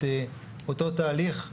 את אותו תהליך,